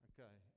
Okay